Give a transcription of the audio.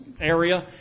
area